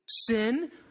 Sin